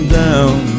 down